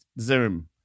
Zoom